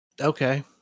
Okay